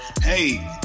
hey